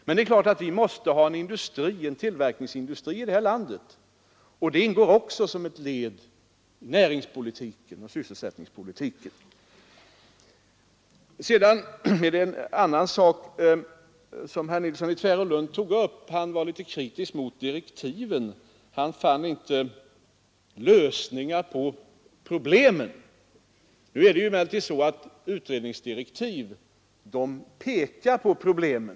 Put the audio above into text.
Men naturligtvis måste vi här i landet ha en tillverkningsindustri, och det ingår också som ett led i näringsoch sysselsättningspolitiken. Sedan var också herr Nilsson i Tvärålund litet kritisk mot direktiven och sade att han inte där fann några lösningar på problemen. Men utredningsdirektiv innehåller inga lösningar. De pekar bara på problemen.